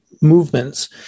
movements